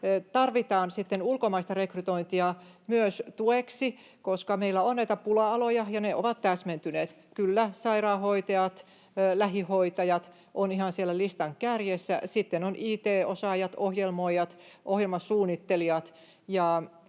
myös ulkomaista rekrytointia tueksi, koska meillä on näitä pula-aloja ja ne ovat täsmentyneet: kyllä, sairaanhoitajat, lähihoitajat ovat ihan siellä listan kärjessä, sitten ovat it-osaajat, ohjelmoijat, ohjelmasuunnittelijat,